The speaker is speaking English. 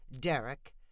Derek